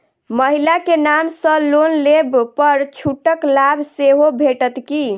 महिला केँ नाम सँ लोन लेबऽ पर छुटक लाभ सेहो भेटत की?